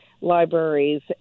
libraries